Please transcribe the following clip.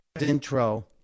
intro